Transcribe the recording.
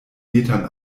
metern